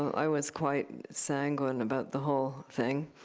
i was quite sanguine about the whole thing.